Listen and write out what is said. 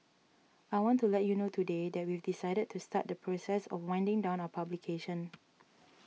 I want to let you know today that we've decided to start the process of winding down our publication